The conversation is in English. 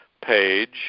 page